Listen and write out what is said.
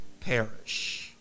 perish